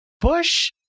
Bush